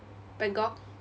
bangkok